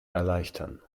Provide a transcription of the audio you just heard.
erleichtern